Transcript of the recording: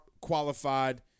qualified